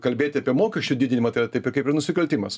kalbėti apie mokesčių didinimą tai yra kaip ir nusikaltimas